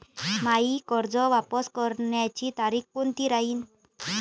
मायी कर्ज वापस करण्याची तारखी कोनती राहीन?